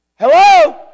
Hello